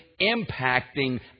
impacting